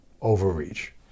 overreach